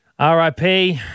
RIP